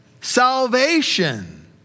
Salvation